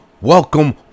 welcome